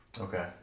Okay